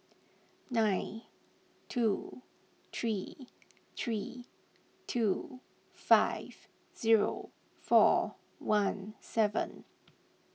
nine two three three two five zero four one seven